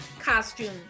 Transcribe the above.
costume